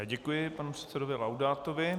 Já děkuji panu předsedovi Laudátovi.